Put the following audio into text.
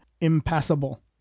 impassable